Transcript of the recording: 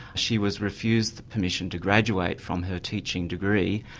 she was refused permission to graduate from her teaching degree,